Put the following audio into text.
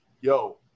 yo